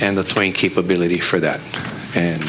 and the train capability for that and